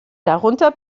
darunter